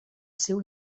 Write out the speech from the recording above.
seu